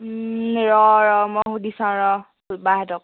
ৰহ ৰহ মই সুধি চাওঁ ৰহ বাহঁতক